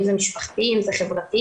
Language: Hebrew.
אם זה משפחתי, או חברתי.